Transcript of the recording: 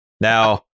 Now